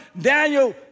Daniel